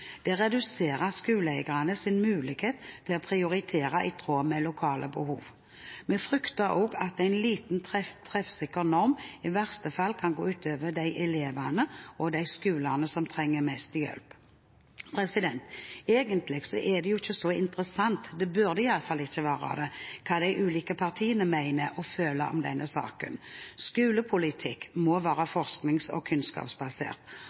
Det reduserer skoleeiernes mulighet til å prioritere i tråd med lokale behov. Vi frykter også at en lite treffsikker norm i verste fall kan gå ut over de elevene og de skolene som trenger mest hjelp. Egentlig er det ikke så interessant – det burde iallfall ikke være det – hva de ulike partiene mener og føler om denne saken. Skolepolitikk må være forsknings- og kunnskapsbasert.